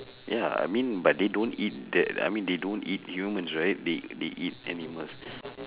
ya I mean but they don't eat that I mean they don't eat humans right they they eat animals